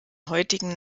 heutigen